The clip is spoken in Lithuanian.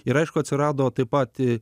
ir aišku atsirado taip pat